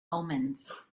omens